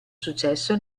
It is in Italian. successo